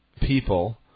people